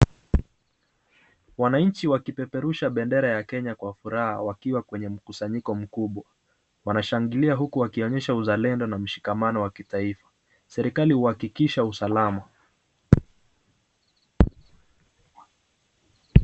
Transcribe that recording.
Wananchi wakipeperusha bendera ya Kenya kwa furaha wakiwa kwenye mkusanyiko mkubwa, Wana shangilia huku wakionyesha uzalendo na mshikamano wa kitaifa, serikalii huhakikisha usalama.